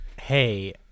Hey